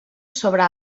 sobre